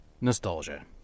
Nostalgia